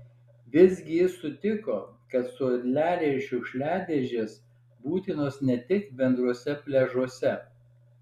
vis gi jis sutiko kad suoleliai ir šiukšliadėžės būtinos ne tik bendruose pliažuose